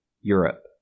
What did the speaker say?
Europe